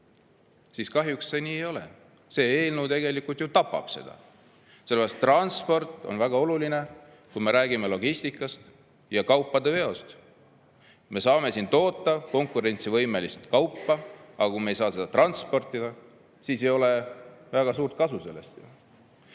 siis kahjuks see nii ei ole. See eelnõu tegelikult tapab seda. Transport on väga oluline, kui me räägime logistikast ja kaupade veost. Me saame siin toota konkurentsivõimelist kaupa, aga kui me ei saa seda transportida, siis ei ole sellest väga suurt kasu. Nii et